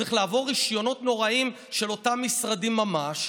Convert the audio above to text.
צריך לעבור רישיונות נוראים של אותם משרדים ממש,